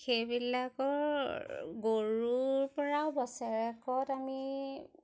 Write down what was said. সেইবিলাকৰ গৰুৰ পৰাও বছৰেকত আমি